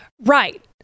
Right